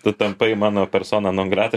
tu tapai mano persona non grata